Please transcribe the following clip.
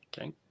okay